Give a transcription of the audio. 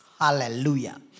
hallelujah